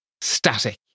static